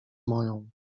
moją